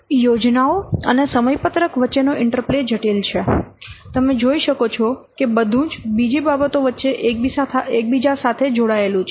યોજનાઓ અને સમયપત્રક વચ્ચેનો ઇન્ટરપ્લે જટિલ છે તમે જોઈ શકો છો કે બધું જ બીજી બધી બાબતો સાથે એકબીજા સાથે જોડાયેલું છે